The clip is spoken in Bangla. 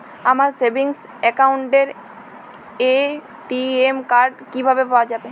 আমার সেভিংস অ্যাকাউন্টের এ.টি.এম কার্ড কিভাবে পাওয়া যাবে?